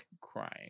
Crying